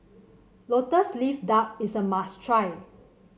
lotus leaf duck is a must try